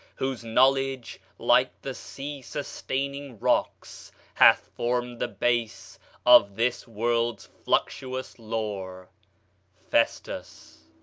whose knowledge, like the sea-sustaining rocks, hath formed the base of this world's fluctuous lore festus.